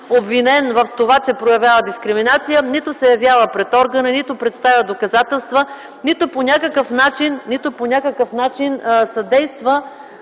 обвиненият, че проявява дискриминация, нито се явява пред органа, нито представя доказателства, нито по някакъв начин съдейства